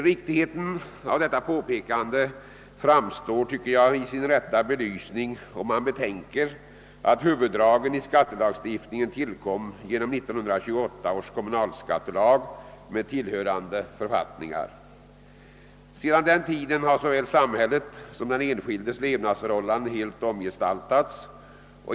Riktigheten av detta påpekande framstår, tycker jag, i sin rätta belysning, om man betänker att huvuddragen i skattelagstiftningen tillkom genom 1928 års kommunskattelag med tillhörande författningar. Sedan den tiden har såväl samhället som den enskildes levnadsförhållanden helt omgestaltats.